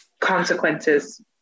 consequences